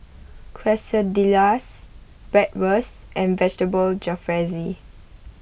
Quesadillas Bratwurst and Vegetable Jalfrezi